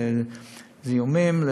זיהומים,